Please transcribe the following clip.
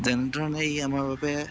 যেনে ধৰণে ই আমাৰ বাবে